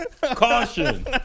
Caution